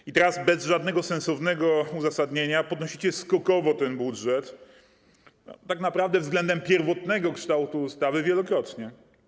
I teraz bez żadnego sensownego uzasadnienia podnosicie skokowo ten budżet, tak naprawdę względem pierwotnego kształtu ustawy wielokrotnie.